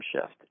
shift